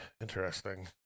interesting